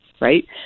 right